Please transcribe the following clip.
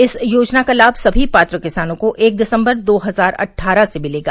इस योजना का लाम समी पात्र किसानों को एक दिसंबर दो हजार अट्ठारह से मिलेगा